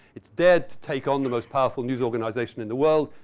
it's there to take on the most powerful news organization in the world.